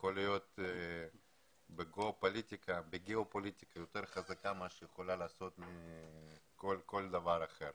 יכול לפעול יותר חזק בגיאו-פוליטיקה מאשר כל דבר אחר.